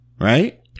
Right